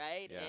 Right